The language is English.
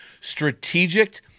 strategic